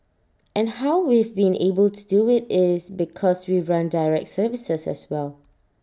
and how we've been able to do IT is because we run direct services as well